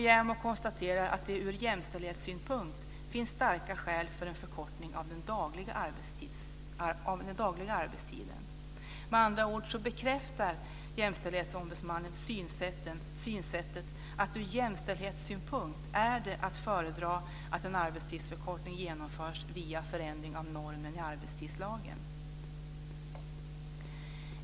JämO konstaterar vidare att det från jämställdhetssynpunkt finns starka skäl för en förkortning av den dagliga arbetstiden. Med andra ord bekräftar Jämställdhetsombudsmannen synsättet att från jämställdhetssynpunkt är det att föredra att en arbetstidsförkortning genomförs via förändring av normen i arbetstidslagen.